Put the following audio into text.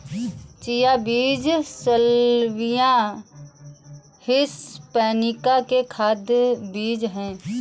chia बीज salvia hispanica के खाद्य बीज हैं